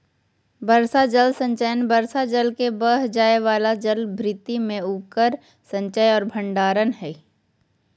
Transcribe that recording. वर्षा जल संचयन वर्षा जल के बह जाय वाला जलभृत में उकर संचय औरो भंडारण हइ